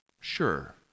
sure